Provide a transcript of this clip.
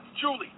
Julie